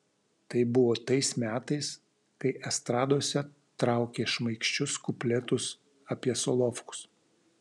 tai buvo tais metais kai estradose traukė šmaikščius kupletus apie solovkus